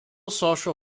social